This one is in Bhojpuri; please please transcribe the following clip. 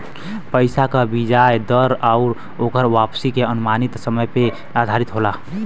पइसा क बियाज दर आउर ओकर वापसी के अनुमानित समय पे आधारित होला